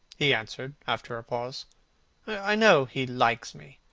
he answered after a pause i know he likes me.